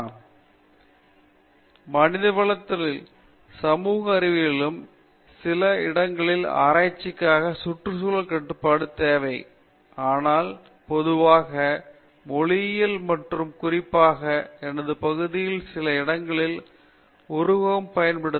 பேராசிரியர் ராஜேஷ் குமார் மனிதவளத்திலும் சமூக அறிவியலிலும் சில இடங்களில் ஆராய்ச்சிக்காக சுற்றுச்சூழல் கட்டுப்பாட்டு தேவை ஆனால் பொதுவாகவும் மொழியியல் மற்றும் குறிப்பாக எனது பகுதியிலும் சில இடங்களில் உருவகமாக பயன்படுத்த